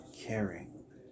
caring